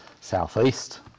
southeast